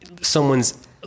someone's